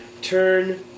turn